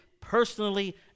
personally